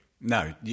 No